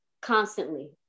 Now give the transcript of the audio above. constantly